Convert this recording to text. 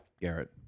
Garrett